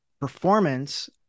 performance